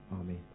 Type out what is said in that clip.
Amen